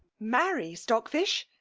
marry, stockfish?